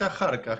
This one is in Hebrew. יצא אחר כך.